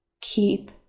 keep